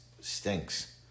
stinks